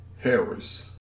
Harris